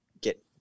get